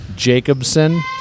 Jacobson